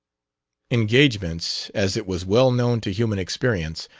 engagements, as it was well known to human experience,